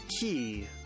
key